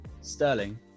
Sterling